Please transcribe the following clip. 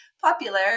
popular